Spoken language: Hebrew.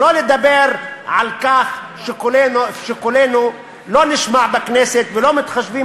שלא לדבר על כך שקולנו לא נשמע בכנסת ולא מתחשבים